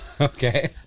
Okay